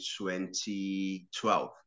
2012